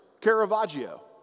Caravaggio